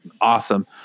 awesome